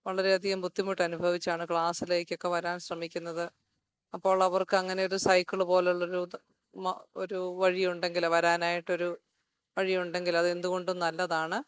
വളരെ അധികം ബുദ്ധിമുട്ട് അനുഭവിച്ചാണ് ക്ലാസ്സിലേക്കൊക്കെ വരാൻ ശ്രമിക്കുന്നത് അപ്പോളവർക്ക് അങ്ങനൊരു സൈക്കിളുകള് പോലുള്ളൊരു ഒരു വഴിയുണ്ടെങ്കില് വരാനായിട്ടൊരു വഴിയുണ്ടെങ്കില് അതെന്തുകൊണ്ടും നല്ലതാണ്